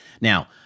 Now